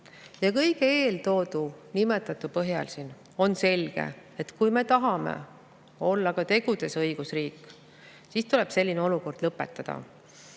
Kõige siin nimetatu põhjal on selge, et kui me tahame olla ka tegudes õigusriik, siis tuleb selline olukord lõpetada.